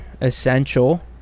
essential